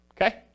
okay